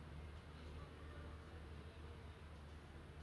I have asked like every single drinker I have known I ask them